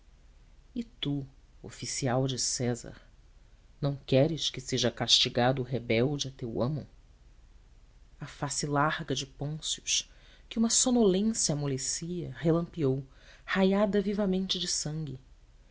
tu oficial de césar não queres que seja castigado o rebelde a teu amo a face larga de pôncio que uma sonolência amolecia relampeou raiada vivamente de sangue